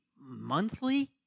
monthly